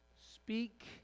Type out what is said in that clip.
Speak